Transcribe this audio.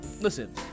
Listen